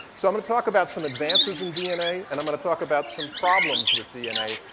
so going to talk about some advances in dna and i'm going to talk about some problems with dna,